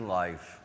life